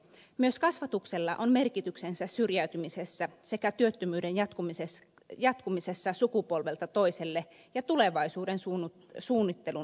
myös kasvatuksella on merkityksensä syrjäytymisessä sekä työttömyyden jatkumisessa sukupolvelta toiselle ja tulevaisuuden suunnittelun uupumisessa